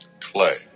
Clay